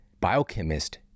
Biochemist